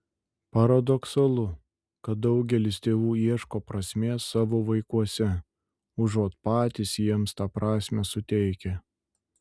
paradoksalu kad daugelis tėvų ieško prasmės savo vaikuose užuot patys jiems tą prasmę suteikę